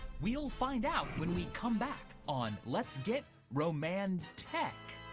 we'll find out when we come back on let's get romantech.